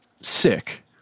sick